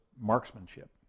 marksmanship